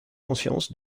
conscience